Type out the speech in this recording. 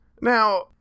Now